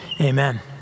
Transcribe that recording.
Amen